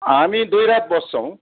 हामी दुई रात बस्छौँ